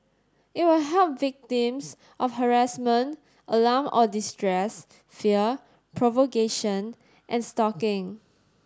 it will help victims of harassment alarm or distress fear provocation and stalking